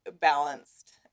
balanced